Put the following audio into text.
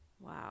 Wow